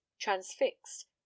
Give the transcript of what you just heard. transfixed